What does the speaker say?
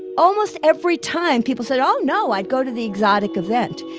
almost every time, people said oh, no, i'd go to the exotic event.